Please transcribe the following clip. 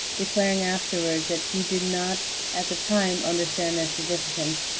declaring afterward that he did not at the time understand their significance.